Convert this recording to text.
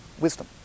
wisdom